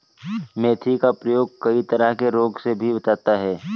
मेथी का प्रयोग कई तरह के रोगों से भी बचाता है